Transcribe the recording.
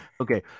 Okay